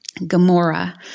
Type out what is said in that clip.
Gamora